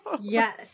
Yes